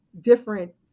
different